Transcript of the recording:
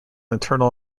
internal